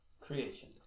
Creation